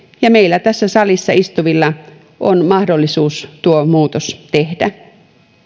ja meillä tässä salissa istuvilla on mahdollisuus tuo muutos tehdä